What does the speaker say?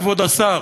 כבוד השר,